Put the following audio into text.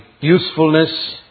usefulness